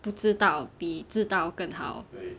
不知道比知道更好